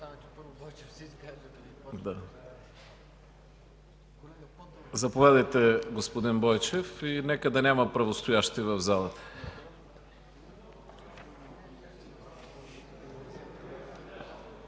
Заповядайте, господин Бойчев, и нека да няма правостоящи в залата.